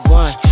one